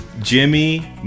Jimmy